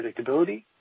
predictability